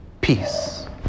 Peace